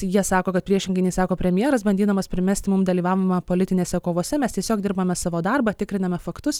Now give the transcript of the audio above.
jie sako kad priešingai nei sako premjeras bandydamas primesti mum dalyvavimą politinėse kovose mes tiesiog dirbame savo darbą tikriname faktus